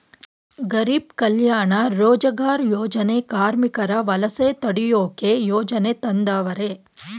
ಗಾರೀಬ್ ಕಲ್ಯಾಣ ರೋಜಗಾರ್ ಯೋಜನೆ ಕಾರ್ಮಿಕರ ವಲಸೆ ತಡಿಯೋಕೆ ಯೋಜನೆ ತಂದವರೆ